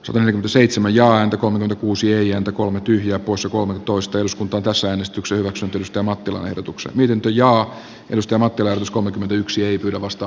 suomi on seitsemän ja häntä kohden kuusi ääntä kolme tyhjää poissa kolmetoista eduskuntaan kansanäänestyksen pirkko mattilan ehdotuksen miten tajoattelystä matti wells kolmekymmentäyksi ei pidä vasta